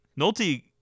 Nolte